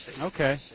Okay